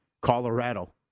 Colorado